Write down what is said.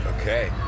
Okay